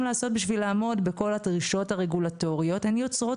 לעשות בשביל לעמוד בכול הדרישות הרגולטוריות הן יוצרות